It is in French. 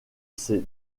ses